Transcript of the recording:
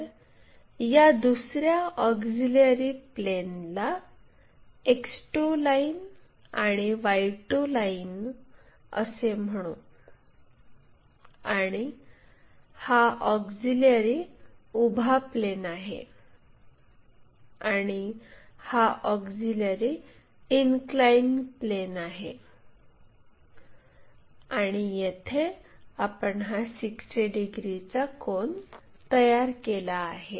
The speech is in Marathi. तर या दुसर्या ऑक्झिलिअरी प्लेनला X2 लाईन आणि Y2 लाईन असे म्हणू आणि हा ऑक्झिलिअरी उभा प्लेन आहे आणि हा ऑक्झिलिअरी इनक्लाइन प्लेन आहे आणि येथे आपण हा 60 डिग्रीचा कोन तयार केला आहे